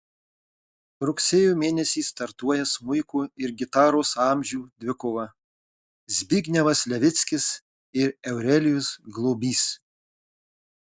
rugsėjo mėnesį startuoja smuiko ir gitaros amžių dvikova zbignevas levickis ir aurelijus globys